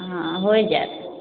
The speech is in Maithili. हँ होइ जाएत